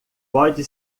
pode